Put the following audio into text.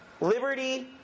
liberty